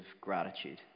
gratitude